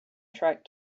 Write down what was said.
truck